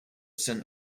saint